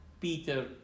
Peter